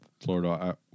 Florida